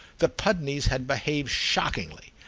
the pudneys had behaved shockingly,